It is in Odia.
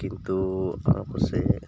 କିନ୍ତୁ ଆମକୁ ସେ